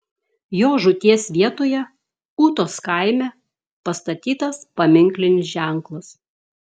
jo žūties vietoje ūtos kaime pastatytas paminklinis ženklas